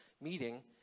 meeting